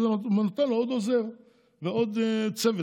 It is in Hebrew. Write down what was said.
וזה נותן לו עוד עוזר ועוד צוות.